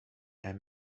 and